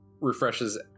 refreshes